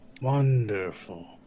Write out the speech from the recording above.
Wonderful